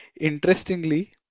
interestingly